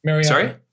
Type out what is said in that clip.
Sorry